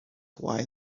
why